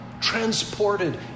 transported